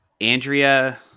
Andrea